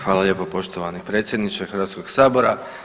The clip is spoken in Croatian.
Hvala lijepo poštovani predsjedniče Hrvatskog sabora.